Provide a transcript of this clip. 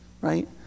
Right